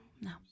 No